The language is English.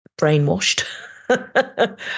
brainwashed